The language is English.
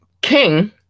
King